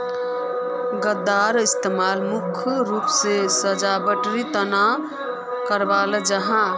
गेंदार इस्तेमाल मुख्य रूप से सजावटेर तने कराल जाहा